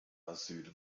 asyl